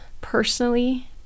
personally